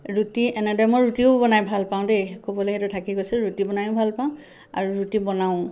ৰুটি এনেদৰে মই ৰুটিও বনাই ভাল পাওঁ দেই ক'বলৈ সেইটো থাকি গৈছিল ৰুটি বনাইও ভাল পাওঁ আৰু ৰুটি বনাওঁ